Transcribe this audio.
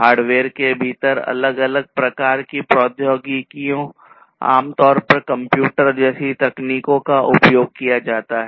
hardware के भीतर अलग अलग प्रकार की प्रौद्योगिकियों आमतौर पर कंप्यूटर जैसी तकनीकों का उपयोग किया जाता है